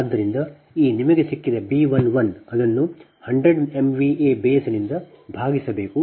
ಆದ್ದರಿಂದ ಅದಕ್ಕಾಗಿಯೇ ಈ ನಿಮಗೆ ಸಿಕ್ಕಿದ B 11 ಅದನ್ನು 100 MVA ಬೇಸ್ನಿಂದ ಭಾಗಿಸಬೇಕು